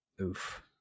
Oof